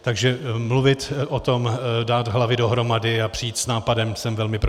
Takže mluvit o tom, dát hlavy dohromady a přijít s nápadem jsem velmi pro.